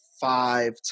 five